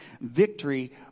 victory